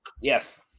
Yes